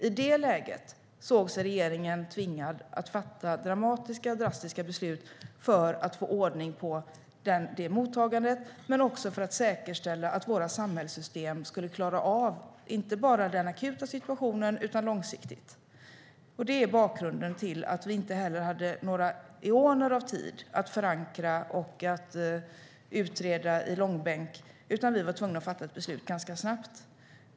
I det läget såg sig regeringen tvingad att fatta dramatiska och drastiska beslut för att få ordning på mottagandet och för att säkerställa att våra samhällssystem skulle klara av detta, inte bara i den akuta situationen utan långsiktigt. Detta är bakgrunden till att vi inte hade några eoner av tid för att förankra detta och utreda det i långbänk, utan vi var tvungna att fatta ett beslut ganska snabbt.